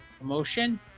emotion